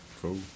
Cool